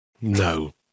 No